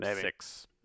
six